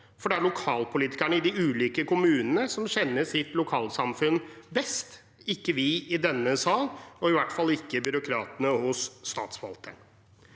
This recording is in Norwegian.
for det er lokalpolitikerne i de ulike kommunene som kjenner sitt lokalsamfunn best, ikke vi i denne sal – og i hvert fall ikke byråkratene hos statsforvalteren.